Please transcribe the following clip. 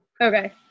Okay